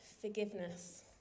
forgiveness